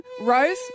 Rose